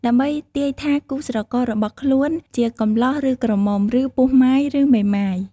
ដើម្បីទាយថាគូស្រកររបស់ខ្លួនជា កំលោះឬក្រមុំ ឬ ពោះម៉ាយឬមេម៉ាយ ។